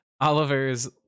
oliver's